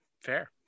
Fair